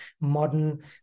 modern